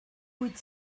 huit